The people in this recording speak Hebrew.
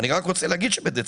גורם ממשלתי בכתבה שפורסמה בדצמבר